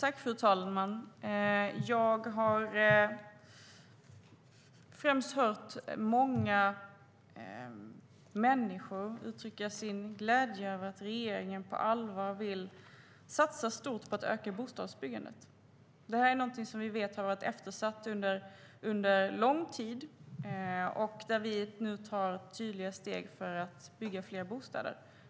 Fru talman! Jag har främst hört många människor uttrycka sin glädje över att regeringen på allvar vill satsa stort på att öka bostadsbyggandet. Det är någonting vi vet har varit eftersatt under lång tid, och vi tar nu tydliga steg för att bygga fler bostäder.